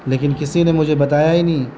لیکن کسی نے مجھے بتایا ہی نہیں